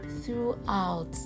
throughout